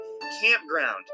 campground